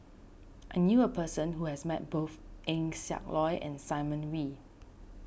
I knew a person who has met both Eng Siak Loy and Simon Wee